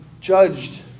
judged